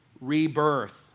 rebirth